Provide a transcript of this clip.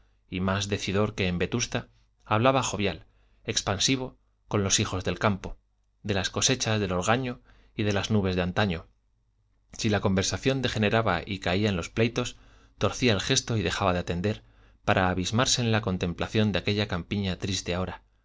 y más decidor que en vetusta hablaba jovial expansivo con los hijos del campo de las cosechas de ogaño y de las nubes de antaño si la conversación degeneraba y caía en los pleitos torcía el gesto y dejaba de atender para abismarse en la contemplación de aquella campiña triste ahora